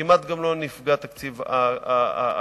גם כמעט לא נפגע התקציב הכללי,